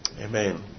Amen